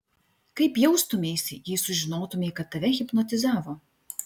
kaip jaustumeisi jei sužinotumei kad tave hipnotizavo